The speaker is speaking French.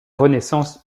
renaissance